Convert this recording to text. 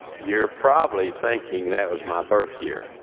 you're probably thinking that was my birth year.